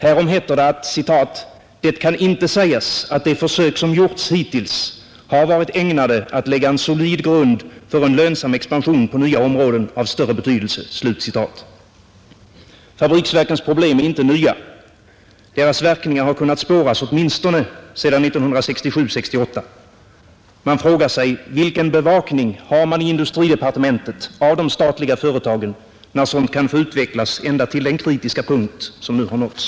Härom heter det att ”det kan inte sägas att de försök som gjorts hittills har varit ägnade att lägga en solid grund för en lönsam expansion på nya områden av större betydelse”. Fabriksverkens problem är inte nya. Deras verkningar har kunnat spåras åtminstone sedan 1967/68. Man frågar sig: Vilken bevakning har man i industridepartementet av de statliga företagen, när sådant kan få utvecklas ända till den kritiska punkt som nu har nåtts?